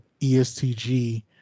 ESTG